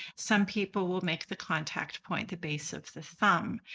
some people will make the contact point the base of the thumb.